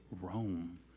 Rome